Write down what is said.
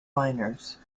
liners